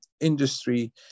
industry